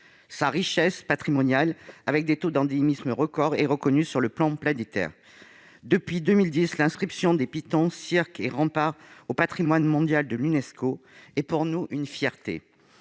Sa richesse patrimoniale et ses taux d'endémisme records sont reconnus à l'échelon planétaire. Depuis 2010, l'inscription des pitons, cirques et remparts au patrimoine mondial de l'Unesco est pour nous une fierté.